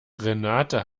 renate